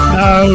no